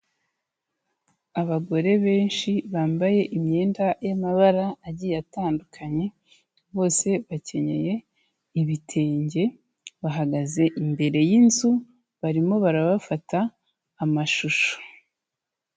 Abagore benshi bambaye imyenda y'amabara agiye atandukanye, bose bakenyeye ibitenge bahagaze imbere y'inzu barimo barabafata amashusho.